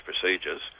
procedures